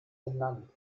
benannt